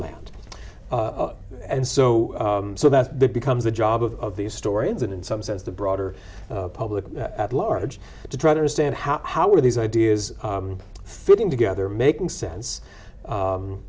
land and so so that becomes the job of these stories and in some sense the broader public at large to try to understand how how are these ideas fitting together making sense